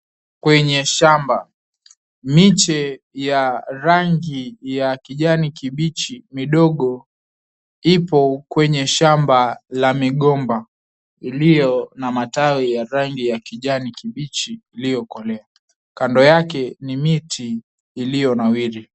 Kwenye shamba miche ya rangi ya kijani kibichi midogo ipo kwenye shamba la migomba iliyo na matawi ya rangi ya kijani kibichi iliyokolea. Kando yake ni miti iliyonawiri.